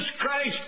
Christ